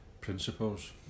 principles